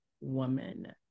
woman